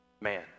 man